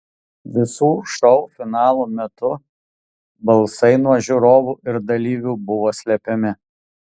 visų šou finalų metu balsai nuo žiūrovų ir dalyvių buvo slepiami